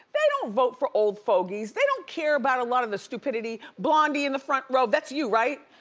they don't vote for old fogies. they don't care about a lot of the stupidity. blondie in the front row, that's you, right?